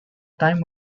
time